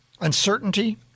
uncertainty